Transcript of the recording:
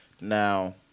Now